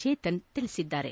ಚೇತನ್ ತಿಳಿಸಿದ್ದಾರೆ